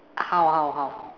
how how how